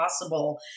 possible